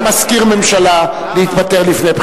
כמה זמן צריך מזכיר ממשלה להתפטר לפני בחירות?